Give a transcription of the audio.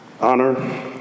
honor